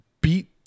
beat